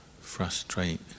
frustrate